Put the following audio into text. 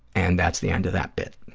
and that's the end of that bit.